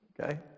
Okay